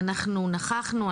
אנחנו נכחנו,